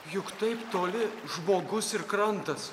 juk taip toli žmogus ir krantas